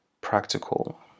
practical